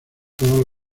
todos